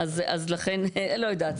לא יודעת.